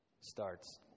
starts